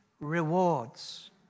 rewards